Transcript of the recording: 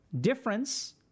Difference